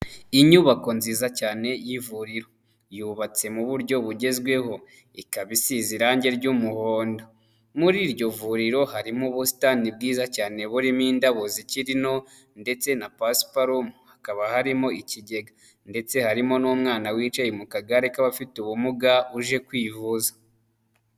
Inyubako nziza cyane y'ivuriro, yubatse mu buryo bugezweho ikaba isize irangi ry'umuhondo, muri iryo vuriro harimo ubusitani bwiza cyane burimo indabo zikiri nto ndetse na pasiparumu, hakaba harimo ikigega ndetse harimo n'umwana wicaye mu kagare k'abafite ubumuga uje kwivuza.